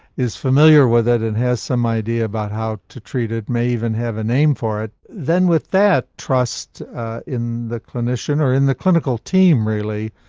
is familiar with it and has some idea about how to treat it may even have a name for it. then with that trust in the clinician, or in the clinical team, really,